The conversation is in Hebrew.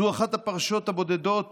זו אחת הפרשות הבודדות